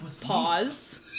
Pause